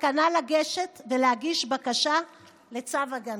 בסכנה לגשת ולהגיש בקשה לצו הגנה.